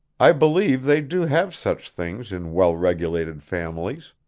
i believe they do have such things in well-regulated families.